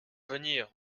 venir